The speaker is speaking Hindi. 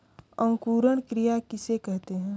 अंकुरण क्रिया किसे कहते हैं?